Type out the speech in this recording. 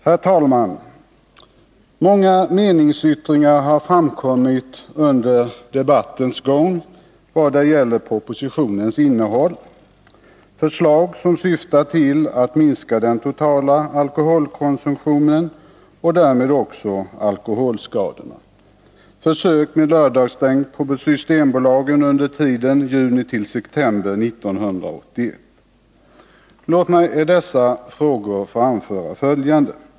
Herr talman! Många meningsyttringar har framkommit under debattens gång i vad det gäller propositionens innehåll. Det är förslag som syftar till att minska den totala alkoholkonsumtionen och därmed också alkoholskadorna. Det är försöket med lördagsstängt på Systembolaget under tiden juni-september 1981. Låt mig i dessa frågor få anföra följande.